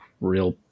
real